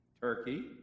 Turkey